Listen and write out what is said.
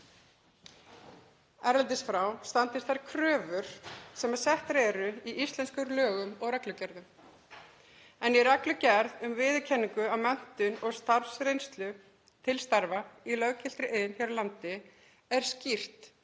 erlendis standist þær kröfur sem settar eru í íslenskum lögum og reglugerðum. Í reglugerð um viðurkenningu á menntun og starfsreynslu til starfa í löggiltri iðn hér á landi er skýrt